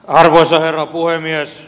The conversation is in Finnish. arvoisa herra puhemies